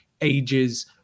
ages